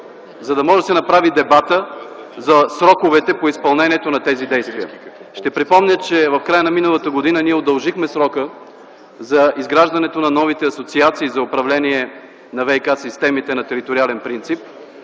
за да може да се направи дебат за сроковете по изпълнението на тези действия. Ще припомня, че в края на миналата година ние удължихме срока за изграждането на новите асоциации за управление на ВиК-системите на териториален принцип.